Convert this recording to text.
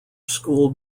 school